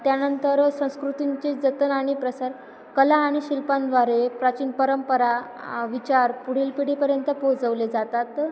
त्यानंतर संस्कृतींचे जतन आणि प्रसार कला आणि शिल्पांद्वारे प्राचीन परंपरा विचार पुढील पिढीपर्यंत पोहचवले जातात